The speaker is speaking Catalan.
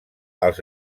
als